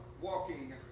walking